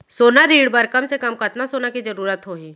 सोना ऋण बर कम से कम कतना सोना के जरूरत होही??